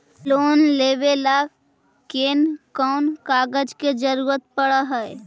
Loan लेबे ल कैन कौन कागज के जरुरत पड़ है?